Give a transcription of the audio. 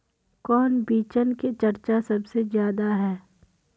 कौन बिचन के चर्चा सबसे ज्यादा है?